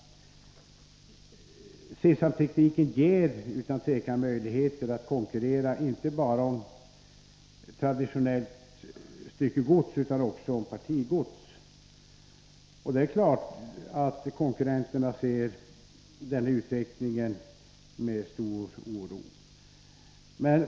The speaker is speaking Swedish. C-samtekniken har utan tvivel möjligheter att konkurrera inte bara om traditionellt styckegods utan också om partigods. Det är klart att konkurrenterna ser denna utveckling med stor oro.